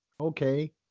Okay